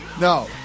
No